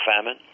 famine